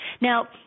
Now